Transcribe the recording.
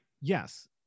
yes